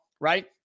right